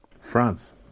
France